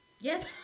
Yes